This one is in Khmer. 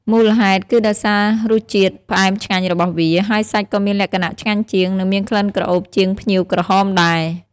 មូលហេតុគឺដោយសាររសជាតិផ្អែមឆ្ងាញ់របស់វា ហើយសាច់ក៏មានលក្ខណៈឆ្ងាញ់ជាង និងមានក្លិនក្រអូបជាងផ្ញៀវក្រហមដែរ។